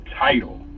title